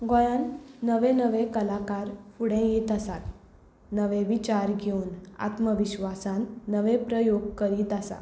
गोंयांत नवे नवे कलाकार फुडें येत आसात नवे विचार घेवन आत्मविश्वासान नवे प्रयोग करीत आसा